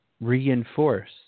reinforce